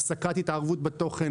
הפסקת התערבות בתוכן.